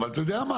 אבל אתה יודע מה?